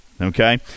okay